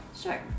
Sure